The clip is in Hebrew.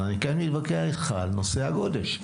אבל אני מתווכח על נושא הגודש.